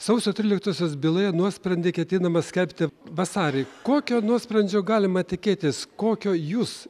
sausio tryliktosios byloje nuosprendį ketinama skelbti vasarį kokio nuosprendžio galima tikėtis kokio jūs